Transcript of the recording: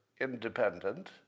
independent